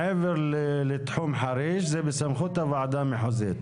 מעבר לתחום חריש זה בסמכות הוועדה המחוזית.